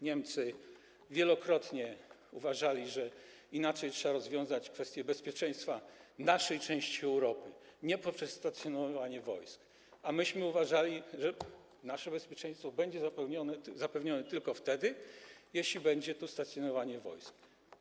Niemcy wielokrotnie uważali, że trzeba inaczej rozwiązać kwestie bezpieczeństwa naszej części Europy, nie poprzez stacjonowanie wojsk, a myśmy uważali, że nasze bezpieczeństwo będzie zapewnione tylko wtedy, gdy będzie tu stacjonowanie wojsk.